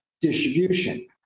distribution